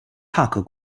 帕克